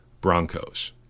Broncos